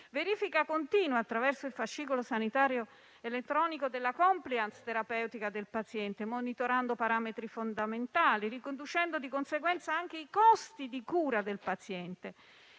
verifica continua, attraverso il fascicolo sanitario elettronico, della *compliance* terapeutica del paziente, monitorando parametri fondamentali, riconducendo di conseguenza anche i costi di cura del paziente,